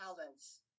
talents